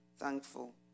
thankful